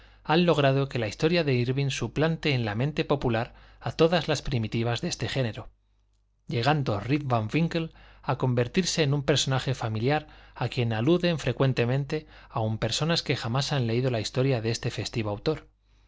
han logrado que la historia de írving suplante en la mente popular a todas las primitivas de este género llegando rip van winkle a convertirse en un personaje familiar a quien aluden frecuentemente aun personas que jamás han leído la historia de este festivo autor